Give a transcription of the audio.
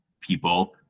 people